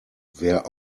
wer